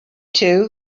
two